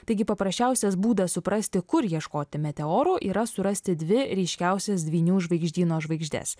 taigi paprasčiausias būdas suprasti kur ieškoti meteorų yra surasti dvi ryškiausias dvynių žvaigždyno žvaigždes